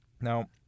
Now